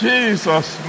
Jesus